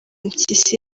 mpyisi